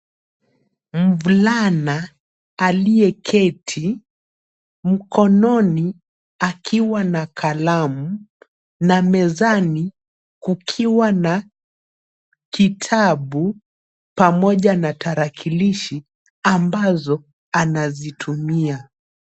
Mvulana aliyeketi mkononi akiwa na kalamu na mezani kukiwa na kitabu pamoja na tarakilishi ambazo anazitumia.